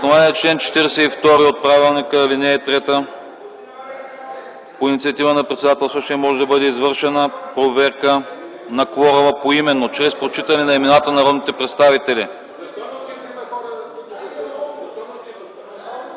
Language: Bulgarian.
На основание чл. 42, ал. 3 от правилника, по инициатива на председателстващия може да бъде извършена проверка на кворума – поименно, чрез прочитане на имената на народните представители.